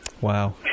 wow